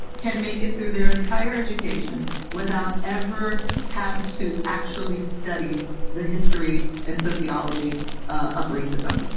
can make it through their entire education without ever having to actually study the history and sociology of racism.